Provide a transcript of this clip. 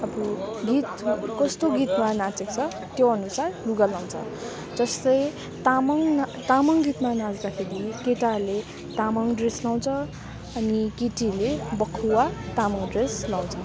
अब गीत कस्तो गीतमा नाचेको छ त्योअनुसार लुगा लगाउँछ जस्तै तामाङ तामाङ गीतमा नाच्दाखेरि केटाहरूले तामाङ ड्रेस लगाउँछ अनि केटीहरूले बक्खु वा तामाङ ड्रेस लगाउँछ